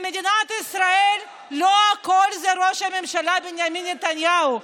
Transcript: במדינת ישראל לא הכול זה ראש הממשלה בנימין נתניהו.